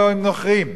או נוכרים,